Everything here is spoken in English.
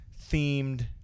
themed